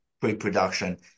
pre-production